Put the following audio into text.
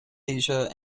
asia